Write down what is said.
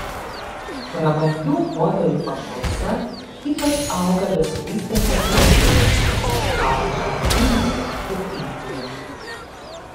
prabangių modelių paklausa ypač auga besivystančiose rinkose pavyzdžiui kinijoje ir indijoje